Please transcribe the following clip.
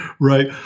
Right